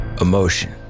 Emotion